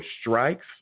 strikes